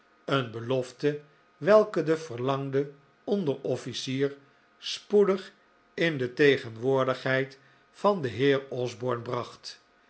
een belofte welke den verlangden onderofficier spoedig in de tegenwoordigheid van den heer osborne bracht